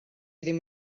ddim